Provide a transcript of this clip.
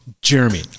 Jeremy